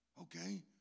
Okay